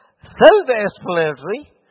self-explanatory